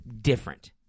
different